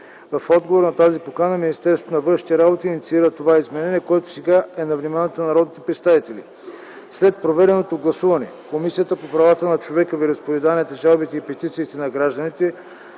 В отговор на тази покана Министерството на външните работи инициира това изменение, което сега е на вниманието на народните представители. След проведеното гласуване Комисията по правата на човека, вероизповеданията, жалбите и петициите на гражданите